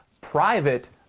private